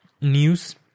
news